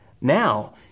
Now